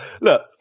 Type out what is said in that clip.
Look